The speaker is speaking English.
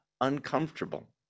uncomfortable